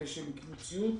כדי שהם ייקנו ציוד,